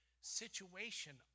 situation